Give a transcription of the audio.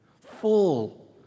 full